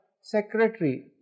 secretary